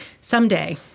someday